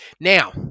Now